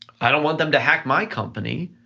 i don't want them to hack my company,